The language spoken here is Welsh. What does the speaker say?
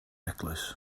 eglwys